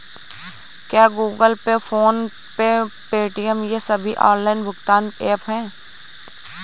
क्या Google Pay PhonePe Paytm ये सभी ऑनलाइन भुगतान ऐप हैं?